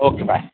okay bye